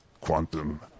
quantum